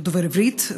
הוא דובר עברית,